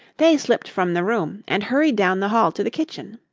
they slipped from the room and hurried down the hall to the kitchen.